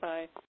Bye